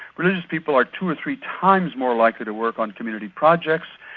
religious people are two or three times more likely to work on community projects,